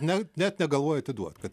ne net negalvoja atiduot kad